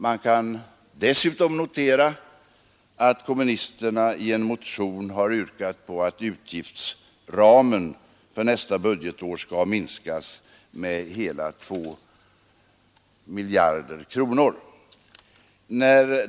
Man kan dessutom notera att kommunisterna i en motion yrkar på att utgiftsramen för nästa budgetår skall minskas med hela 2 miljarder kronor.